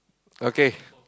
okay